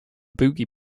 boogie